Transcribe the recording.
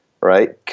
right